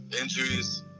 Injuries